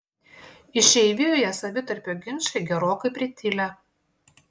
išeivijoje savitarpio ginčai gerokai pritilę